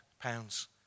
pounds